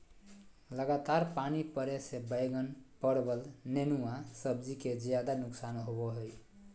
लगातार पानी पड़े से बैगन, परवल, नेनुआ सब्जी के ज्यादा नुकसान होबो हइ